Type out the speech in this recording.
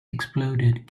exploded